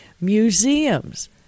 museums